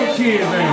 kids